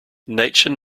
nature